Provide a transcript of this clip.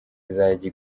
izajya